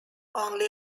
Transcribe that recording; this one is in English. only